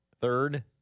third